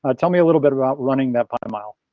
ah tell me a little bit about running that pi mile.